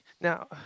Now